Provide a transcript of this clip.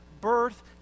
birth